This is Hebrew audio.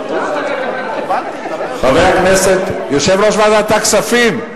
חבר הכנסת, יושב-ראש ועדת הכספים,